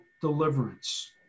deliverance